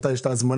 מתי יש את ההזמנה,